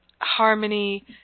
harmony